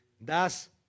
Thus